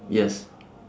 yes